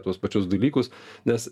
tuos pačius dalykus nes